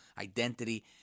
identity